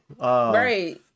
Right